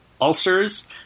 ulcers